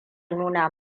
nuna